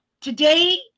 Today